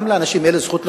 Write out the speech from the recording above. גם לאנשים אלה זכות לחיות,